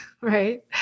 right